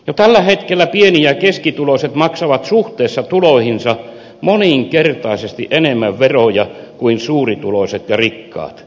jo tällä hetkellä pieni ja keskituloiset maksavat suhteessa tuloihinsa moninkertaisesti enemmän veroja kuin suurituloiset ja rikkaat